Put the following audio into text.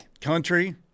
Country